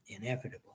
inevitable